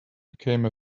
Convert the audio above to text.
became